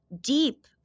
deep